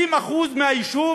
60% מהיישוב